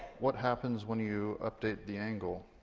what happens when you update the angle.